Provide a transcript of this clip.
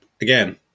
again